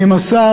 ואם השר,